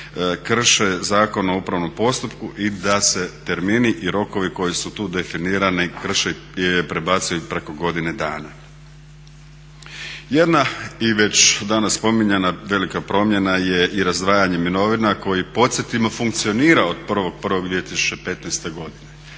krše Zakon o upravnom postupku i da se termini i rokovi koji su tu definirani krše i prebacuju preko godine dana. Jedna i već danas spominjana velika promjena je i razdvajanje mirovina koja podsjetimo funkcionira od 1.01.2015. godine.